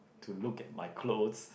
to look at my clothes